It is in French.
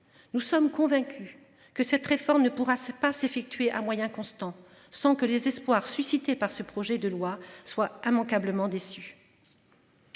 Nous sommes convaincus que cette réforme ne pourra se passe effectuée à moyens constants, sans que les espoirs suscités par ce projet de loi soit immanquablement déçu.